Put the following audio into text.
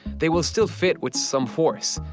they will still fit with some force.